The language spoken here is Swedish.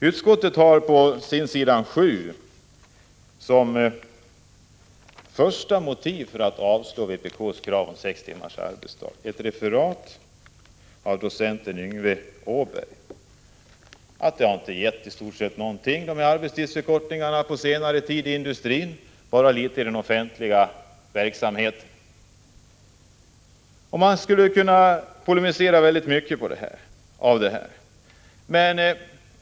Utskottet har på s. 7 i betänkandet som första motiv för att avstyrka vpk:s krav på sex timmars arbetsdag hänvisat till en studie av docenten Yngve Åberg, där det sägs att arbetstidsförkortningarna på senare tid istort sett inte har gett någonting i industrin och bara litet i den offentliga verksamheten. Man skulle kunna polemisera mycket mot detta.